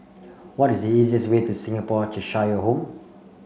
what is the easiest way to Singapore Cheshire Home